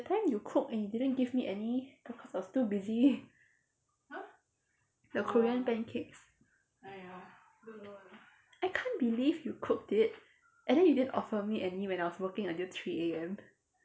that time you cook and you didn't give me any because I was too busy the korean pancakes I can't believe you cooked it and then you didn't offer me any when I was working until three A_M